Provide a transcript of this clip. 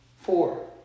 four